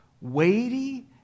weighty